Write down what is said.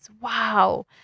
Wow